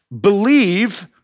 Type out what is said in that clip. believe